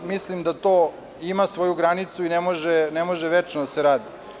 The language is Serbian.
Mislim da to ima svoju granicu i ne može večno da se radi.